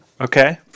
Okay